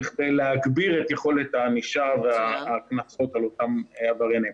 בכדי להגביר את יכולת הענישה וה- -- על אותם עבריינים.